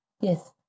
Yes